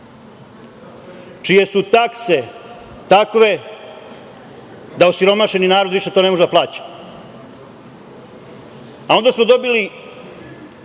čije su takse takve da osiromašeni narod to više ne može da plaća. Onda smo dobili